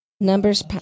Numbers